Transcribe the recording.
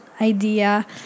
idea